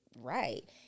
Right